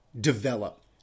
develop